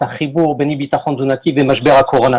החיבור בין אי ביטחון תזונתי ומשבר הקורונה.